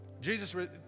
Jesus